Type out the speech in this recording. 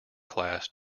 class